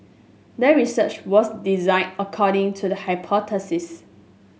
the research was designed according to the hypothesis